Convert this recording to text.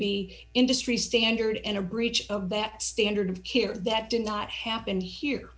be industry standard in a breach of that standard of care that did not happen here